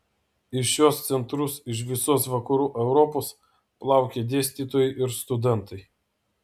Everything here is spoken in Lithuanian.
į šiuos centrus iš visos vakarų europos plaukė dėstytojai ir studentai